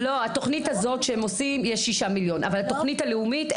לתוכנית הזאת שהם עושים יש 6 מיליון אבל התוכנית הלאומית,